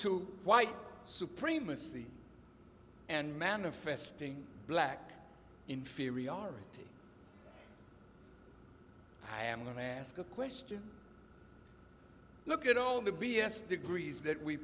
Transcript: to white supremacy and manifesting black inferiority i am going to ask a question look at all the b s degrees that we